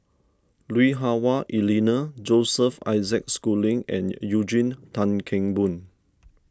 Lui Hah Wah Elena Joseph Isaac Schooling and Eugene Tan Kheng Boon